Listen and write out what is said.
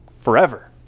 forever